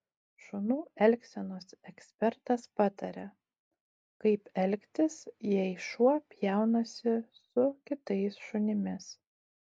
šunų elgsenos ekspertas pataria kaip elgtis jei šuo pjaunasi su kitais šunimis